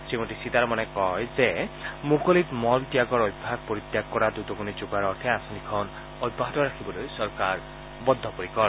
শ্ৰীমতী সীতাৰমনে কয় যে মুকলিত মল ত্যাগৰ অভ্যাস পৰিত্যাগ কৰাত উদগণি যোগোৱাৰ অৰ্থে আঁচনিখন অব্যাহত ৰাখিবলৈ চৰকাৰ বদ্ধপৰিকৰ